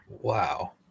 wow